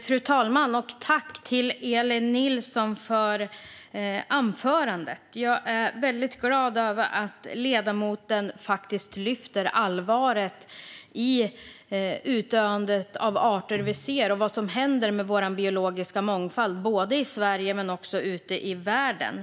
Fru talman! Jag tackar Elin Nilsson för anförandet. Jag är väldigt glad över att ledamoten lyfter allvaret i utdöendet av arter och vad som händer med vår biologiska mångfald, både i Sverige och ute i världen.